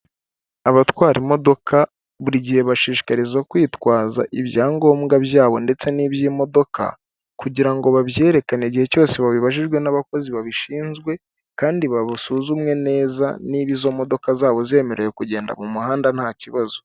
Abatwara imodoka, buri gihe bashishikazwa kwitwaza ibyangombwa byabo ndetse n'iby'imodoka, kugira ngo babyerekane igihe cyose babibajijwe nabakozi babishinzwe, kandi basuzumwe neza, niba izo modoka zabo zemerewe kugenda mu muhanda ntakibazo.